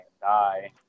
die